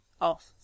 off